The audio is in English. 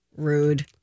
rude